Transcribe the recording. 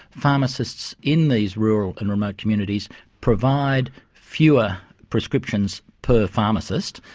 pharmacists in these rural and remote communities provide fewer prescriptions per pharmacist,